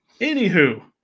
Anywho